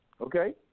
okay